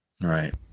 right